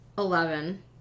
Eleven